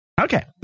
Okay